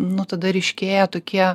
nu tada ryškėja tokie